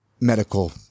medical